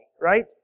right